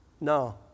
No